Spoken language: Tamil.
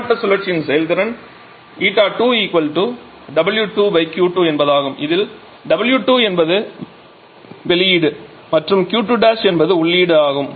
கீழ்மட்ட சுழற்சியின் செயல்திறன் 𝜂2 𝑊2 𝑄2 என்பதாகும் இதில் 𝑊2 என்பது வெளியீடு மற்றும் Q2 என்பது உள்ளீடு ஆகும்